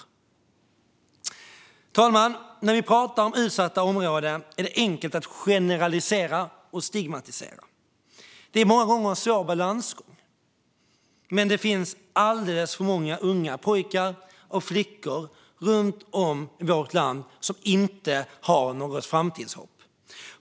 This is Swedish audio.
Fru talman! När vi pratar om utsatta områden är det enkelt att generalisera och stigmatisera. Det är många gånger en svår balansgång. Men det finns alldeles för många unga pojkar och flickor i vårt land som inte har framtidshopp.